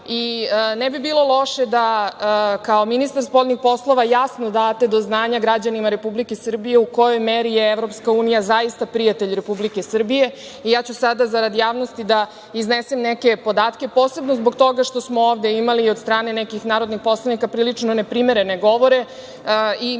i ne bi bilo loše da kao ministar spoljnih poslova jasno date do znanja građanima Republike Srbije u kojoj meri je EU zaista prijatelj Republike Srbije. Ja ću sada, zarad javnosti, da iznesem neke podatke, posebno zbog toga što smo ovde imali i od strane nekih narodnih poslanika prilično neprimerene govore i mislim